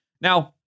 Now